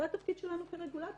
זה התפקיד שלנו כרגולטור.